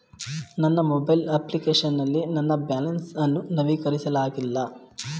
ನನ್ನ mobile application ನಲ್ಲಿ ನನ್ನ ಬ್ಯಾಲೆನ್ಸ್ ಅನ್ನು ನವೀಕರಿಸಲಾಗಿಲ್ಲ